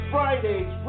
Fridays